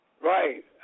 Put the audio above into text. Right